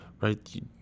right